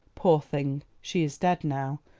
poor thing, she is dead now.